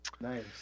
Nice